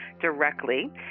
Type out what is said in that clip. directly